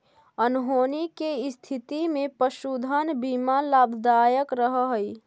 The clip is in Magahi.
अनहोनी के स्थिति में पशुधन बीमा लाभदायक रह हई